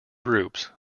groups